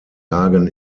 lagen